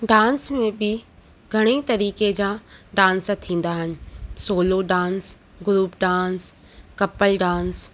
dance में बि घणेई तरीक़े जा डांस थींदा आहिनि solo dance group dance couple dance